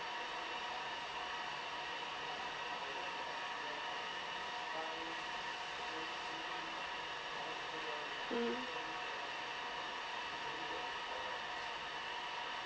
mm